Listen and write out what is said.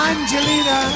Angelina